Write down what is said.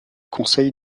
conseil